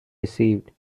received